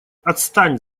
отстань